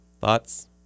thoughts